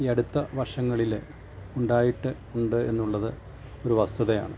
ഈ അടുത്ത വർഷങ്ങളിൽ ഉണ്ടായിട്ട് ഉണ്ട് എന്നുള്ളത് ഒരു വസ്തുതയാണ്